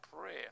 prayer